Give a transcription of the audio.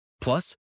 Plus